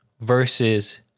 versus